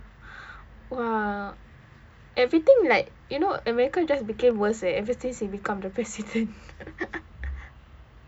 !wah! everything like you know america just became worse eh ever since he become the president